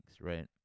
right